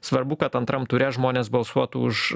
svarbu kad antram ture žmonės balsuotų už